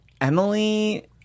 Emily